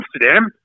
Amsterdam